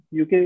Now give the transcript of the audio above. UK